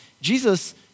Jesus